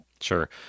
Sure